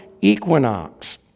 equinox